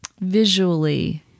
visually